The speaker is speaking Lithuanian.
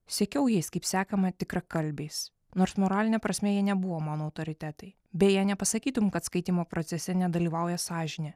sekiau jais kaip sekama tikrakalbiais nors moraline prasme jie nebuvo mano autoritetai beje nepasakytum kad skaitymo procese nedalyvauja sąžinė